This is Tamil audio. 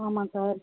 ஆமாம் சார்